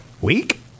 week